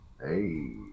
Hey